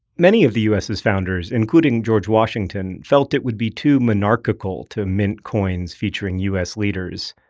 many of the u s s founders, including george washington, felt it would be too monarchical to mint coins featuring u s. leaders.